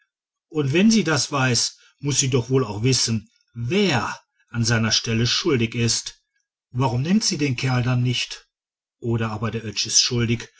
und wenn sie das weiß muß sie doch wohl auch wissen wer an seiner stelle schuldig ist warum nennt sie den kerl dann nicht oder aber der oetsch ist schuldig